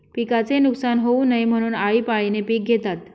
पिकाचे नुकसान होऊ नये म्हणून, आळीपाळीने पिक घेतात